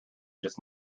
just